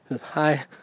Hi